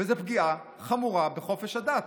זו פגיעה חמורה בחופש הדת.